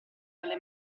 dalle